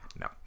no